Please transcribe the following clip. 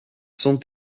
sont